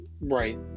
Right